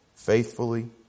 Faithfully